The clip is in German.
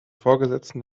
vorgesetzten